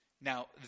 Now